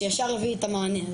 שישר יביא לי את המענה.